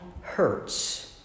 hurts